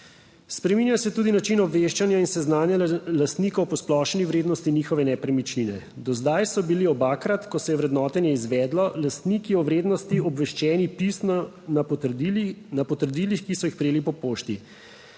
Spreminja se tudi način obveščanja in seznanjanja lastnikov o posplošeni vrednosti njihove nepremičnine. Do zdaj so bili obakrat, ko se je vrednotenje izvedlo, lastniki o vrednosti obveščeni pisno na potrdilih, ki so jih prejeli po pošti.